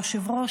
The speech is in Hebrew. היושב-ראש,